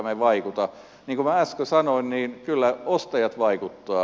niin kuin minä äsken sanoin kyllä ostajat vaikuttavat